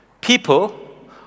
People